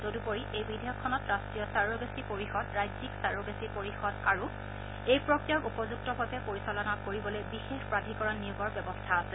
তদূপৰি এই বিধেয়কখনত ৰাষ্ট্ৰীয় চাৰোগেচি পৰিষদ ৰাজ্যিক চাৰোগেচি পৰিষদ আৰু এই প্ৰক্ৰিয়াক উপযুক্তভাৱে পৰিচালনা কৰিবলৈ বিশেষ প্ৰাধিকৰণ নিয়োগৰ ব্যৱস্থা আছে